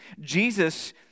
Jesus